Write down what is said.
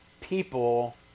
people